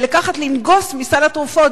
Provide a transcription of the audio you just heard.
ולנגוס מסל התרופות,